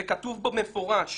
וכתוב פה מפורש